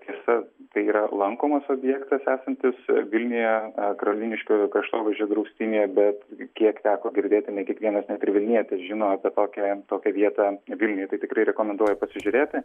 tiesa tai yra lankomas objektas esantis vilniuje karoliniškių kraštovaizdžio draustinyje bet kiek teko girdėti ne kiekvienas net ir vilnietis žino apie tokią tokią vietą vilniuje tai tikrai rekomenduoju pasižiūrėti